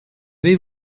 vais